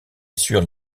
assure